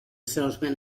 salesman